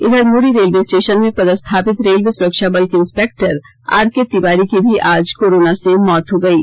इधर Muri railway station में पदस्थापित रेलवे सुरक्षा बल के इन्स्पेक्टर आरके तिवारी की भी आज कोरोना से मौत हो गयी